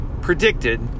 predicted